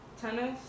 Tennis